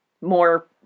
more